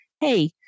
hey